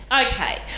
Okay